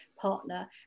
partner